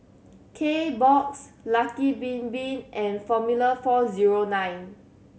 Kbox Lucky Bin Bin and Formula Four Zero Nine